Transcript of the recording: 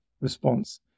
response